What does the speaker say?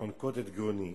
חונקות את גרוני.